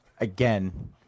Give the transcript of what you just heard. again